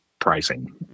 pricing